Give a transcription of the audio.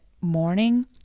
morning